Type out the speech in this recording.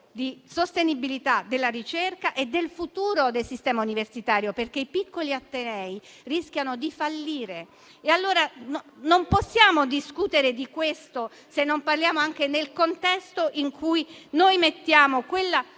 di sostenibilità della ricerca e del futuro del sistema universitario, perché i piccoli atenei rischiano di fallire. E non possiamo discutere di questo, se non parliamo anche del contesto in cui noi mettiamo quella